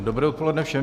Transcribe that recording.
Dobré odpoledne všem.